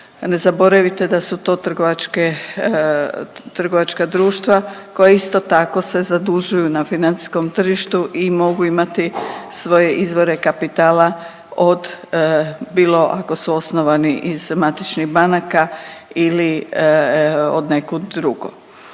ne zaboravite da su to trgovačke, trgovačka društva koja isto tako se zadužuju na financijskom tržištu i mogu imati svoje izvore kapitala od bilo ako su osnovani iz matičnih banaka ili od nekud drugo.